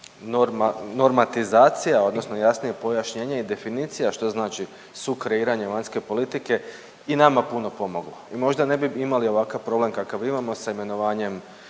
normatizacija, odnosno jasnije pojašnjenje i definicija što znači sukreiranje vanjske politike i nama puno pomoglo i možda ne bi imali ovakav problem kakav imamo sa imenovanjem